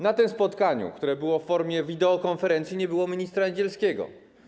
Na tym spotkaniu, które było w formie wideokonferencji, nie było ministra Niedzielskiego.